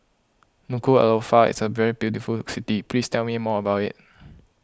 Nuku'alofa is a very beautiful city please tell me more about it